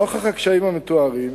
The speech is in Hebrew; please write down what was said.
נוכח הקשיים המתוארים